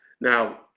Now